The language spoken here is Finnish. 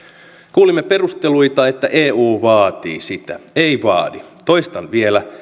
kuulimme perusteluita että eu vaatii sitä ei vaadi toistan vielä